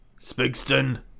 Spigston